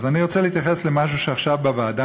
אני רוצה להתייחס למשהו שמתבשל עכשיו בוועדה,